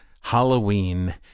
Halloween